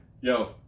Yo